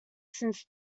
since